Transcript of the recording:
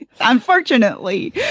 Unfortunately